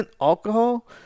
alcohol